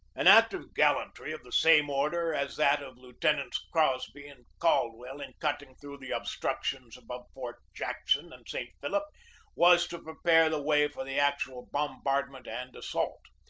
an act of gallantry of the same order as that of lieutenants crosby and caldwell in cutting through the obstructions above forts jackson and st. philip was to prepare the way for the actual bombardment and assault.